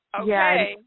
okay